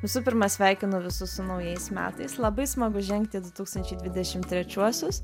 visų pirma sveikinu visus su naujais metais labai smagu žengti į du tūkstančiai dvidešimt trečiuosius